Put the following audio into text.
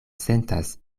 sentas